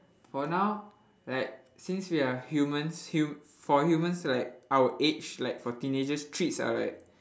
for now like since we are humans hum~ for humans like our age like for teenagers treats are like